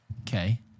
Okay